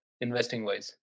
investing-wise